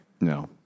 No